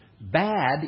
Bad